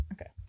Okay